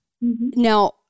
Now